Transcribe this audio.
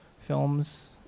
films